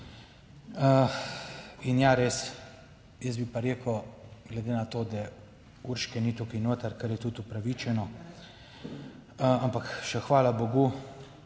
In ja, res, jaz bi pa rekel, glede na to, da Urške ni tukaj noter, kar je tudi upravičeno, ampak še hvala bogu,